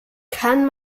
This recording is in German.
kann